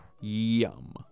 Yum